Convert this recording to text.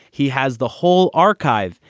he has the whole archive.